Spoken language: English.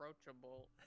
approachable